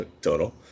total